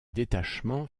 détachements